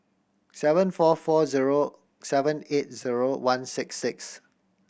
seven four four zero seven eight zero one six six